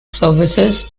services